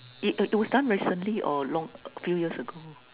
it it was done recently or long a few years ago